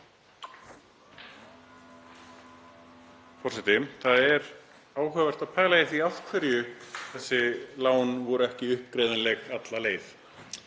Það er áhugavert að pæla í því af hverju þessi lán voru ekki uppgreiðanleg alla leið.